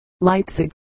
Leipzig